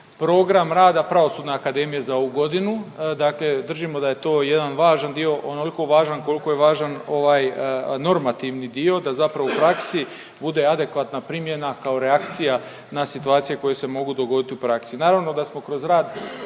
program rada Pravosudne akademije za ovu godinu. Dakle, držimo da je to jedan važan dio, onoliko važan koliko je važan normativni dio, da zapravo u praksi bude adekvatna primjena kao reakcija na situacije koje se mogu dogoditi u praksi. Naravno da smo kroz rad,